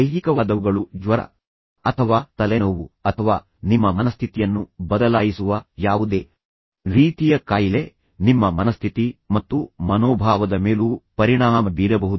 ದೈಹಿಕವಾದವುಗಳು ಜ್ವರ ಅಥವಾ ತಲೆನೋವು ಅಥವಾ ಯಾವುದೇ ರೀತಿಯ ನಿಮ್ಮ ದೇಹದ ಮೇಲೆ ಪರಿಣಾಮ ಬೀರುವವುಗಳಾಗಿವೆ ಹಾಗು ಹೊಟ್ಟೆ ನೋವು ಅಥವಾ ನಿಮ್ಮ ಮನಸ್ಥಿತಿಯನ್ನು ಬದಲಾಯಿಸುವ ಯಾವುದೇ ರೀತಿಯ ಕಾಯಿಲೆ ಅಥವಾ ಕೋಣೆಯೂ ಬಿಸಿಯಾದ ಅಥವಾ ತುಂಬಾ ತಂಪಾಗಿ ಇರಬಹುದು ಇದು ನಿಮ್ಮ ಮನಸ್ಥಿತಿ ಮತ್ತು ಮನೋಭಾವದ ಮೇಲೂ ಪರಿಣಾಮ ಬೀರಬಹುದು